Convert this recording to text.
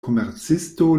komercisto